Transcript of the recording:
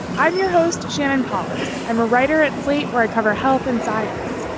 i'm your host, shannon pollin's. i'm a writer at slate, where i cover health and science.